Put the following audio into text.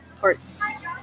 parts